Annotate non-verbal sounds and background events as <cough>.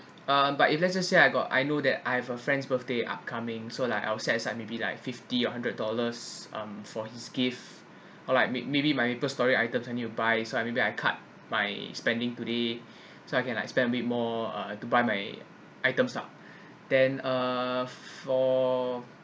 um but if let us say I got I know that I've a friend's birthday upcoming so like I'll set aside maybe like fifty or hundred dollars um for his gift <breath> or like maybe my maple story items I need to buy so I maybe I cut my spending today <breath> so I can like spend a bit more uh to buy my items ah then uh for